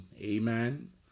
Amen